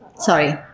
sorry